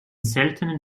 seltenen